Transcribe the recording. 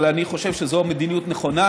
אבל אני חושב שזו מדיניות נכונה.